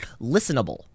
listenable